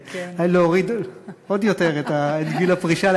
להוריד עוד יותר את גיל הפרישה,